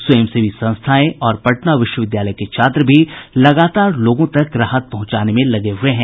स्वयंसेवी संस्थाएं और पटना विश्वविद्यालय के छात्र भी लगातार लोगों तक राहत पहुंचाने में लगे हुए हैं